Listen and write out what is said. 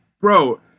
bro